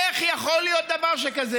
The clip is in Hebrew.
איך יכול להיות דבר שכזה?